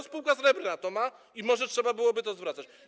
Spółka Srebrna to ma i może trzeba byłoby to zwracać.